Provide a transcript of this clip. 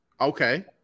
Okay